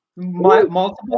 Multiple